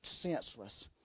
senseless